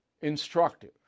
instructive